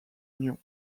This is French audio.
union